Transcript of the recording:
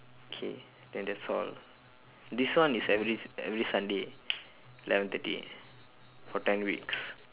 K then that's all this one is every s~ every sunday eleven thirty for ten weeks